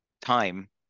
time